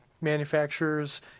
Manufacturers